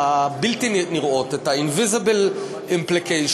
הבלתי-נראות, את ה-invisible implication.